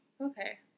Okay